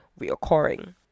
reoccurring